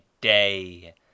day